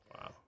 Wow